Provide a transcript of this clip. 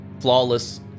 flawless